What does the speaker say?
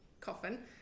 coffin